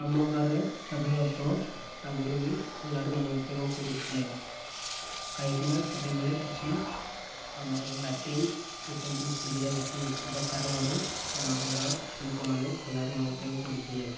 ଆମ ଗାଁ'ରେ ସାଧାରଣତଃ ଆଗରୁ ବି ଖୋଲାରେ ମଳତ୍ୟାଗ କରୁଥିଲେ କାହିଁକିନା ସେତେବେଳେ କିଛି ଆମର ଲ୍ୟାଟ୍ରିନ୍ କି ସେମିତି ସୁବିଧା କିଛି ନଥିବା କାରଣରୁ ଆମର ଗାଁ ଲୋକମାନେ ଖୋଲାରେ ମଳତ୍ୟାଗ କରୁଥିଲେ